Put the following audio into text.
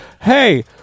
hey